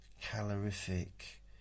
calorific